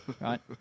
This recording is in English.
right